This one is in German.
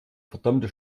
verdammte